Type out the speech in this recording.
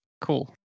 Cool